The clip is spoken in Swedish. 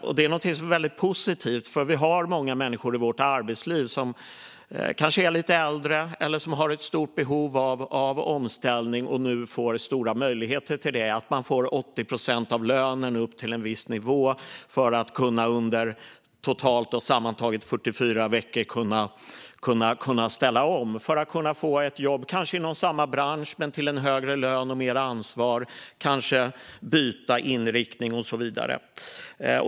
Detta är något som är väldigt positivt, för vi har många människor i vårt arbetsliv som kanske är lite äldre eller som har ett stort behov av omställning och som nu får stora möjligheter till det. Man får 80 procent av lönen upp till en viss nivå för att under totalt 44 veckor kunna ställa om. Sedan kan man kanske få ett jobb inom samma bransch men med en högre lön och mer ansvar. Man kan kanske byta inriktning och så vidare.